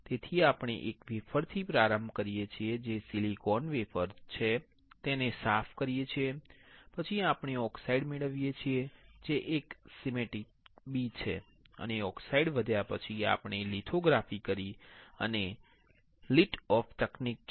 તેથી આપણે એક વેફર થી પ્રારંભ કરીએ છીએ જે સિલિકોન વેફર છે તેને સાફ કરીએ છીએ પછી આપણે ઓકસાઈડ મેળવીએ છીએ જે એક સ્કેમેટીક b છે અને ઓક્સાઇડ વધ્યા પછી આપણે લિથોગ્રાફી કરી અને આ લિફ્ટઓફ તકનીક છે